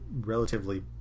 relatively